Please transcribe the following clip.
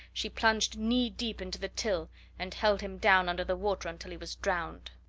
she plunged knee-deep into the till and held him down under the water until he was drowned.